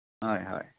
হয় হয়